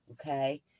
Okay